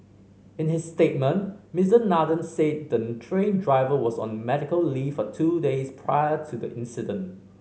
in his statement Mister Nathan said the train driver was on medical leave for two days prior to the incident